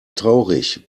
traurig